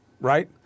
right